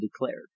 declared